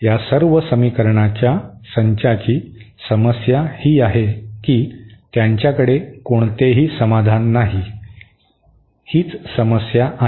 या सर्व समीकरणाच्या संचाची समस्या ही आहे की त्यांच्याकडे कोणतेही समाधान नाही ही एक समस्या आहे